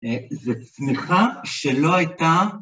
‫זו תמיכה שלא הייתה...